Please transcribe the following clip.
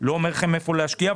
אני לא אומר לכם איפה להשקיע,